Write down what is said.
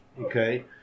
okay